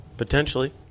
potentially